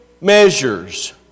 measures